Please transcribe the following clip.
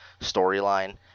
storyline